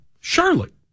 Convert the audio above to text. Charlotte